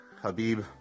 Habib